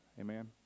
amen